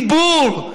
דיבור,